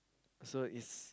so it's